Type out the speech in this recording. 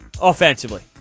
offensively